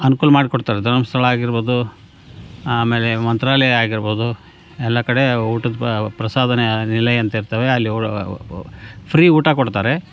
ಅನ್ಕೂಲ ಮಾಡ್ಕೊಡ್ತಾರೆ ಧರ್ಮಸ್ಥಳ ಆಗಿರ್ಬೋದು ಆಮೇಲೆ ಮಂತ್ರಾಲಯ ಆಗಿರ್ಬೋದು ಎಲ್ಲ ಕಡೆ ಊಟದ ಪ ಪ್ರಸಾದನ ನಿಲಯ ಅಂತಿರ್ತಾವೆ ಅಲ್ಲಿ ಫ್ರೀ ಊಟ ಕೊಡ್ತಾರೆ